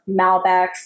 Malbecs